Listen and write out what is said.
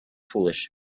foolish